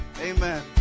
amen